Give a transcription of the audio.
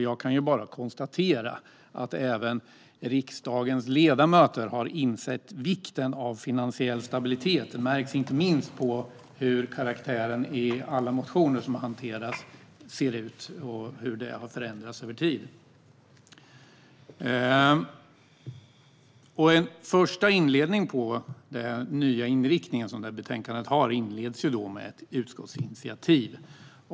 Jag kan konstatera att även riksdagens ledamöter har insett vikten av finansiell stabilitet. Det märks inte minst på hur karaktären på de motioner som hanteras har förändrats över tid. En inledning på den nya inriktning som det här betänkandet har är ett utskottsinitiativ.